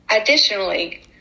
Additionally